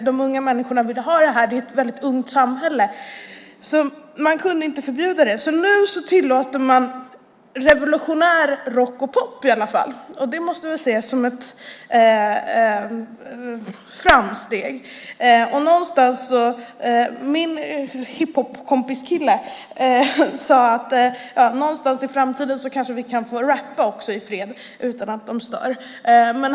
De unga människorna ville ha det här - det är ett väldigt ungt samhälle. Man kunde inte förbjuda det. Nu tillåter man revolutionär rock och pop i alla fall, och det måste ses som ett framsteg. Min hiphopparkompis sade att man någon gång i framtiden kanske också kan få rappa i fred utan att de stör.